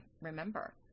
remember